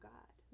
God